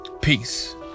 Peace